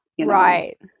Right